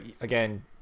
again